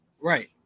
right